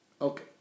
Okay